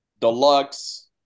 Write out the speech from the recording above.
deluxe